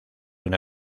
una